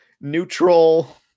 neutral